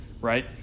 right